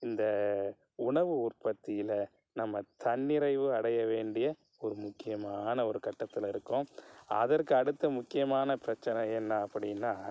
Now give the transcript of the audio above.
இந்த உணவு உற்பத்தியில் நம்ம தன்னிறைவு அடைய வேண்டிய ஒரு முக்கியமான ஒரு கட்டத்தில் இருக்கோம் அதற்கு அடுத்து முக்கியமான பிரச்சின என்ன அப்படினா